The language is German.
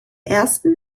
ersten